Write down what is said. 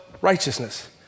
righteousness